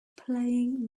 playing